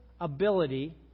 ability